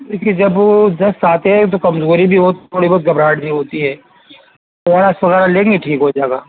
دیکھیے جب دست آتے ہیں تو کمزوری بھی ہوتی تھوڑی بہت گھبراہٹ ہوتی ہے او آر ایس وغیرہ لیں گے ٹھیک ہو جائے گا